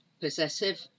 possessive